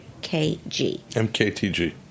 MKTG